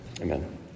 Amen